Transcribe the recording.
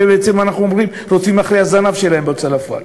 ובעצם אנחנו אומרים: רודפים אחרי הזנב שלהם בהוצאה לפועל.